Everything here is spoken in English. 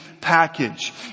package